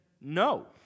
No